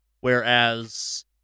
whereas